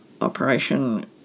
operation